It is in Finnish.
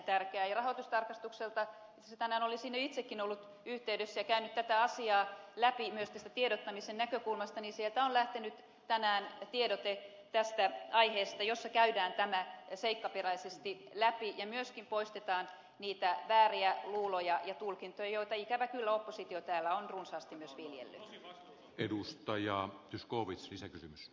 itse asiassa tänään olen itsekin ollut yhteydessä rahoitustarkastukseen ja käynyt tätä asiaa läpi myös tästä tiedottamisen näkökulmasta ja sieltä on lähtenyt tänään tiedote tästä aiheesta jossa käydään tämä seikkaperäisesti läpi ja myöskin poistetaan niitä vääriä luuloja ja tulkintoja joita ikävä kyllä oppositio täällä on runsaasti myös viljellyt